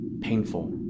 painful